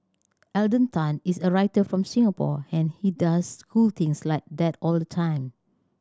Alden Tan is a writer from Singapore and he does cool things like that all the time